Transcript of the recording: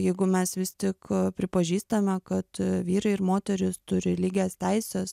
jeigu mes vis tik pripažįstame kad vyrai ir moterys turi lygias teises